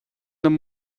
liom